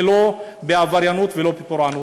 ולא בעבריינות ולא בפורענות.